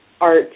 art